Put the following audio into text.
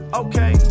okay